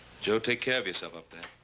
joe, take care of yourself up there.